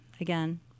Again